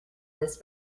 this